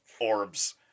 orbs